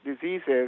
diseases